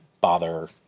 bother